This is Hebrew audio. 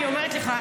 אני אומרת לך,